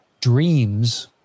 dreams